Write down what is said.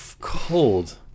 cold